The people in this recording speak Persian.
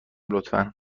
لطفا